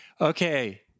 okay